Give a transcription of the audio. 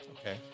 Okay